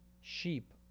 sheep